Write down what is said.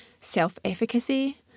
self-efficacy